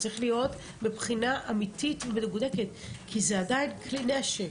זה צריך להיות בבחינה אמיתית ומדוקדקת כי זה עדיין כלי נשק,